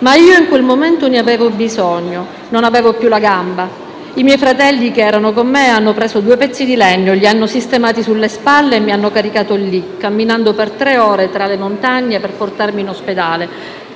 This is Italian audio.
Ma io in quel momento ne avevo bisogno. Non avevo più la gamba. I miei fratelli, che erano con me, hanno preso due pezzi di legno, li hanno sistemati sulle spalle e mi hanno caricato lì, camminando per tre ore tra le montagne per portarmi in ospedale.